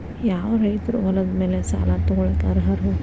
ಯಾವ ರೈತರು ಹೊಲದ ಮೇಲೆ ಸಾಲ ತಗೊಳ್ಳೋಕೆ ಅರ್ಹರು?